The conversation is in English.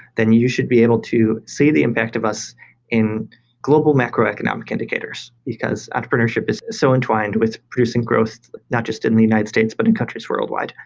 then you should be able to see the impact of us in global macroeconomic macroeconomic indicators, because entrepreneurship is so entwined with producing growth, not just in the united states but in countries worldwide.